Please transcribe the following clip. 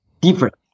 different